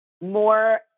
more